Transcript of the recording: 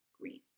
green